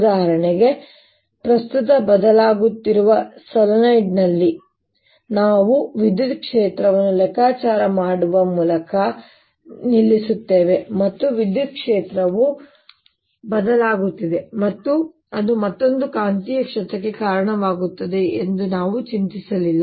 ಉದಾಹರಣೆಗೆ ಪ್ರಸ್ತುತ ಬದಲಾಗುತ್ತಿರುವ ಸೊಲೆನಾಯ್ಡ್ನಲ್ಲಿ ನಾವು ವಿದ್ಯುತ್ ಕ್ಷೇತ್ರವನ್ನು ಲೆಕ್ಕಾಚಾರ ಮಾಡುವ ಮೂಲಕ ನಿಲ್ಲಿಸುತ್ತೇವೆ ಮತ್ತು ವಿದ್ಯುತ್ ಕ್ಷೇತ್ರವು ಬದಲಾಗುತ್ತಿದೆ ಮತ್ತು ಅದು ಮತ್ತೊಂದು ಕಾಂತೀಯ ಕ್ಷೇತ್ರಕ್ಕೆ ಕಾರಣವಾಗುತ್ತದೆ ಎಂದು ನಾವು ಚಿಂತಿಸಲಿಲ್ಲ